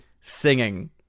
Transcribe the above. singing